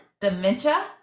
Dementia